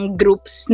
groups